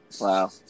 Wow